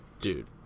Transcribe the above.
Dude